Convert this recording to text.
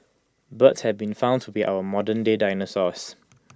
birds have been found to be our modernday dinosaurs